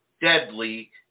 deadly